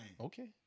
Okay